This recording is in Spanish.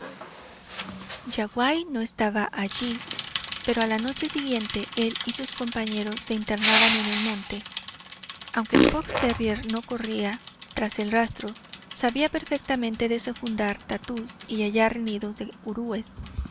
yaguaí no estaba allí pero a la noche siguiente él y sus compañeros se internaban en el monte aunque el fox terrier no corría tras el rastro sabía perfectamente desenfundar tatús y hallar nidos de